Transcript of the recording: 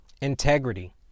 Integrity